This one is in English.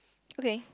okay